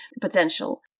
potential